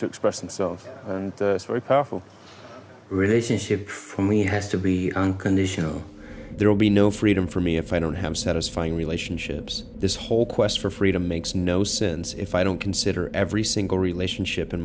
to express itself and very powerful relationship for me has to be unconditional there will be no freedom for me if i don't have satisfying relationships this whole quest for freedom makes no sense if i don't consider every single relationship in